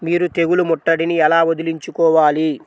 మీరు తెగులు ముట్టడిని ఎలా వదిలించుకోవాలి?